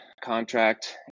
contract